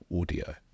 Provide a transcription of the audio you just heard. Audio